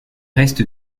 reste